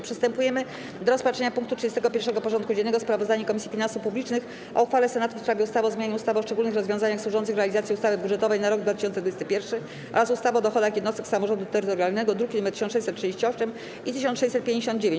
Przystępujemy do rozpatrzenia punktu 31. porządku dziennego: Sprawozdanie Komisji Finansów Publicznych o uchwale Senatu w sprawie ustawy o zmianie ustawy o szczególnych rozwiązaniach służących realizacji ustawy budżetowej na rok 2021 oraz ustawy o dochodach jednostek samorządu terytorialnego (druki nr 1638 i 1659)